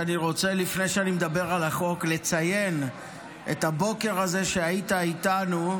שאני מדבר על החוק אני רוצה לציין את הבוקר הזה שהיית איתנו.